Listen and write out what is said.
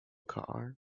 car